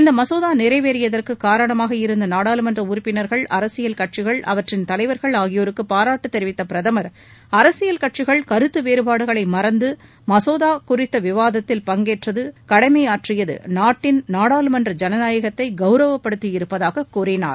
இந்த மசோதா நிறைவேறியதற்கு காரணமாக இருந்த நாடாளுமன்ற உறுப்பினர்கள் அரசியல் கட்சிகள் அவற்றின் தலைவர்கள் ஆகியோருக்கு பாராட்டு தெரிவித்த பிரதமர் அரசியல் கட்சிகள் கருத்து வேறபாடுகளை மறந்து மசோதா குறித்த விவாதத்தில் பங்கேற்று கடனம ஆற்றியது நாட்டின் நாடாளுமன்ற ஜனநாயகத்தை கவுரவப்படுத்தியிருப்பதாக கூறினார்